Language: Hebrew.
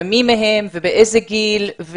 מי מהם ובאיזה גיל?